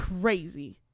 crazy